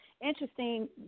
interesting